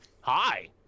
Hi